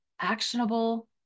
actionable